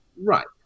Right